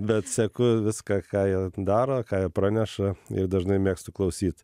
bet seku viską ką jie daro ką jie praneša ir dažnai mėgstu klausyt